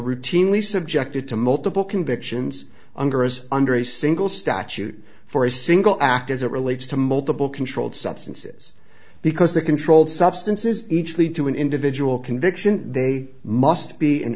routinely subjected to multiple convictions under as under a single statute for a single act as it relates to multiple controlled substances because the controlled substances each lead to an individual conviction they must be an